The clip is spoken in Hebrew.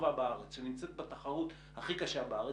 אני שומע פה את הדברים מכל הצדדים ומכל הכיוונים.